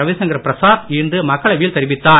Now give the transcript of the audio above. ரவிசங்கர் பிரசாத் இன்று மக்களவையில் தெரிவித்தார்